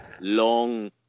long